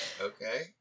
Okay